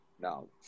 now